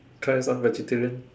try some vegetarian